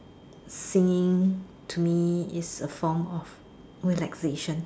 singing to me is a form of relaxation